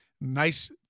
nice